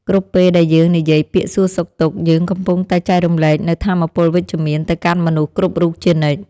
គ្រប់ពេលដែលយើងនិយាយពាក្យសួរសុខទុក្ខ យើងកំពុងតែចែករំលែកនូវថាមពលវិជ្ជមានទៅកាន់មនុស្សគ្រប់រូបជានិច្ច។